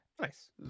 Nice